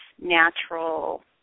natural